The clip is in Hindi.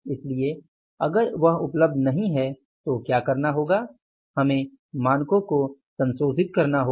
इसलिए अगर वह उपलब्ध नहीं है तो क्या करना होगा हमें मानकों को संशोधित करना होगा